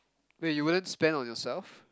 wait you wouldn't spend on yourself